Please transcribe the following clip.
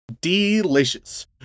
delicious